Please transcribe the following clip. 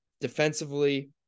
defensively